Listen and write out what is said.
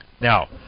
Now